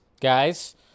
guys